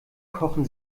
kochen